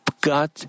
God